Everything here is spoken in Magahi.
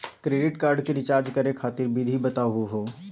क्रेडिट कार्ड क रिचार्ज करै खातिर विधि बताहु हो?